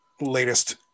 latest